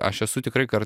aš esu tikrai kar